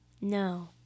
no